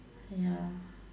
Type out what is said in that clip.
ya